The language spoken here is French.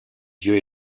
dieu